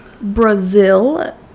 Brazil